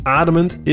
ademend